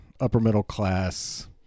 upper-middle-class